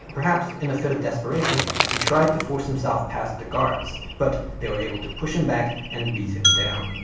perhaps in a fit of desperation, he tried to force himself past the guards. but they were able to push him back and beat him down.